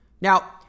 Now